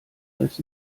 als